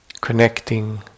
Connecting